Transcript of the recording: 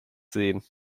sehen